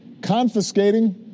confiscating